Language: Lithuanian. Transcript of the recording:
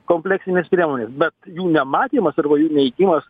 kompleksinės priemonės bet jų nematymas arba jų neigimas